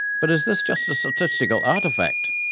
but is this just a statistical artefact?